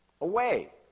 away